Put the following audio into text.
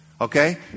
Okay